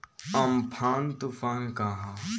Amphan तुफान का ह?